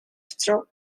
хоцров